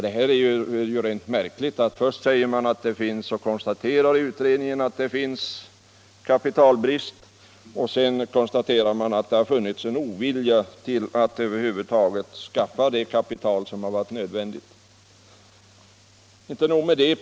Det här är ju rent märkligt. Först säger utredningen att det råder kapitalbrist och sedan talar den om en ovilja att över huvud taget skaffa det kapital som har varit nödvändigt. Men inte nog med detta.